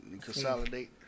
Consolidate